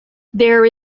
there